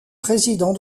président